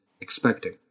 expecting